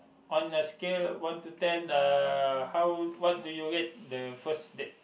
on a scale one to ten uh how what do you rate the first date